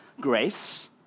grace